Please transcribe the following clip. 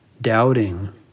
doubting